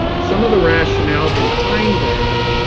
some of the rationale behind that